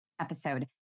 episode